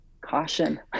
caution